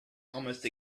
almost